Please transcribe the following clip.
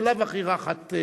בלאו הכי רחאת,